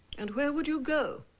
and where would you go?